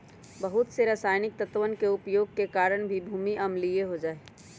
बहुत से रसायनिक तत्वन के उपयोग के कारण भी भूमि अम्लीय हो जाहई